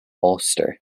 ulster